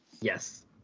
Yes